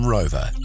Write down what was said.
Rover